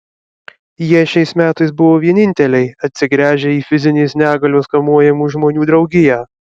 jie šiais metais buvo vieninteliai atsigręžę į fizinės negalios kamuojamų žmonių draugiją